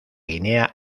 guinea